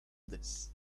this